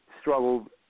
struggled